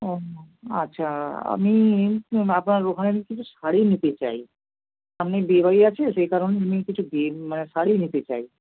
ও আচ্ছা আমি আপনার ওখানে আমি কিছু শাড়ি নিতে চাই সামনে বিয়েবাড়ি আছে সেই কারণে আমি কিছু বিয়ে মানে শাড়ি নিতে চাই